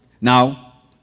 now